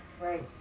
Right